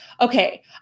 Okay